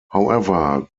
however